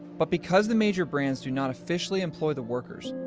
but because the major brands do not officially employ the workers,